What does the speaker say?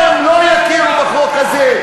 והם לא יכירו בחוק הזה.